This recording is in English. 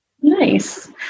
nice